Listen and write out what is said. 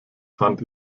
fand